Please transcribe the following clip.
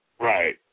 Right